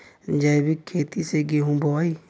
जैविक खेती से गेहूँ बोवाई